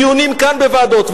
דיונים כאן בוועדות.